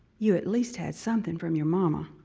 you at least had something from your mama.